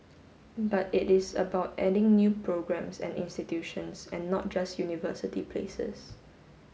but it is about adding new programmes and institutions and not just university places